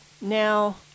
Now